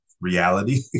reality